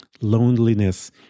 loneliness